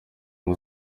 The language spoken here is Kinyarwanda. ngo